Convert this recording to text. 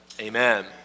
amen